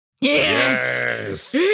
Yes